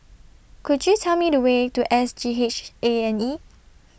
Could YOU Tell Me The Way to S G H A and E